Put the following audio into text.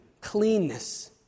cleanness